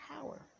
power